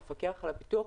המפקח על הביטוח,